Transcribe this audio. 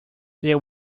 there